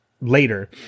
later